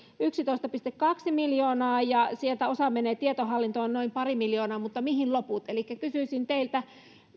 yksitoista pilkku kaksi miljoonaa ja sieltä osa menee tietohallintoon noin pari miljoonaa mutta mihin loput elikkä kysyisin teiltä